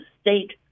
state